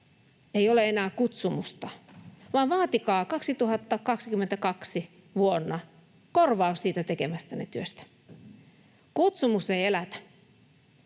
ei ole enää kutsumusta, vaan vaatikaa vuonna 2022 korvaus siitä tekemästänne työstä. Kutsumus ei elätä.”